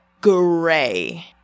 gray